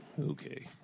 Okay